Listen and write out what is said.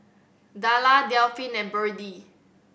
Darla Delphin and Birdie